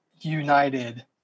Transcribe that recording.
United